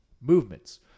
movements